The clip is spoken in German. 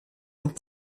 und